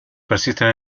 persisten